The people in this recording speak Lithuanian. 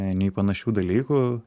nei panašių dalykų